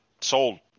sold